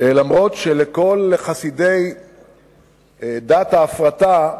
אף-על-פי שכל חסידי דת ההפרטה,